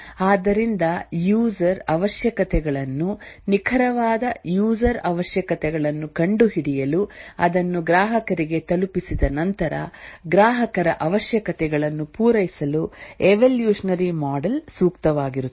ಆದ್ದರಿಂದ ಯೂಸರ್ ಅವಶ್ಯಕತೆಗಳನ್ನು ನಿಖರವಾದ ಯೂಸರ್ ಅವಶ್ಯಕತೆಗಳನ್ನು ಕಂಡುಹಿಡಿಯಲು ಅದನ್ನು ಗ್ರಾಹಕರಿಗೆ ತಲುಪಿಸಿದ ನಂತರ ಗ್ರಾಹಕರ ಅವಶ್ಯಕತೆಗಳನ್ನು ಪೂರೈಸಲು ಎವೊಲ್ಯೂಷನರಿ ಮಾಡೆಲ್ ಸೂಕ್ತವಾಗಿರುತ್ತದೆ